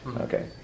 Okay